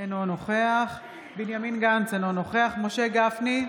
אינו נוכח בנימין גנץ, אינו נוכח משה גפני,